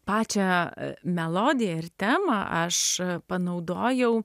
pačią melodiją ir temą aš panaudojau